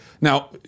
Now